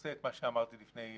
שעושה את מה שאמרתי לפני רגע,